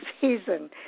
season